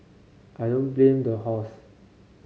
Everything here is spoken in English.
I don't blame the horse